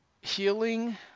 healing